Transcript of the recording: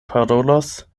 parolos